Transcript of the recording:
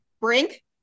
brink